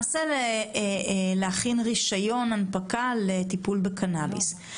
ולהכין רישיון הנפקה לטיפול בקנביס.